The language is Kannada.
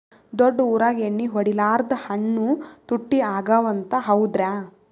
ದೊಡ್ಡ ಊರಾಗ ಎಣ್ಣಿ ಹೊಡಿಲಾರ್ದ ಹಣ್ಣು ತುಟ್ಟಿ ಅಗವ ಅಂತ, ಹೌದ್ರ್ಯಾ?